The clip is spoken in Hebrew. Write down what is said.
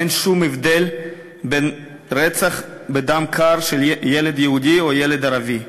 אין שום הבדל בין רצח בדם קר של ילד יהודי או ילד ערבי,